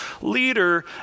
leader